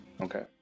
Okay